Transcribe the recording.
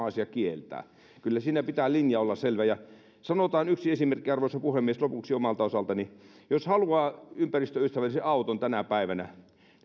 asia kieltää kyllä siinä pitää linjan olla selvä sanotaan yksi esimerkki arvoisa puhemies lopuksi omalta osaltani siitä mikä riittää jos haluaa ympäristöystävällisen auton tänä päivänä